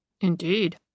Indeed